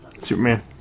Superman